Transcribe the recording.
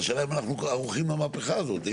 השאלה אם אנחנו ערוכים למהפכה הזאת.